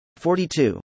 42